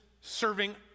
serving